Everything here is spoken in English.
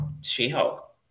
She-Hulk